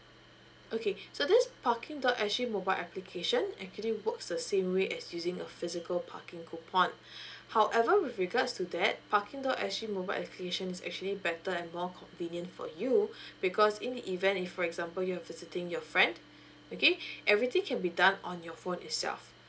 okay so this parking dot S G mobile application actually works the same way as using a physical parking coupon however with regards to that parking dot S G mobile application is actually better and more convenient for you because in the event if for example you're visiting your friend okay everything can be done on your phone itself